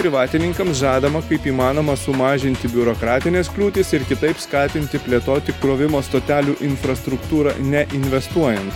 privatininkams žadama kaip įmanoma sumažinti biurokratines kliūtis ir kitaip skatinti plėtoti įkrovimo stotelių infrastruktūrą neinvestuojan